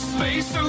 Space